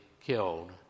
killed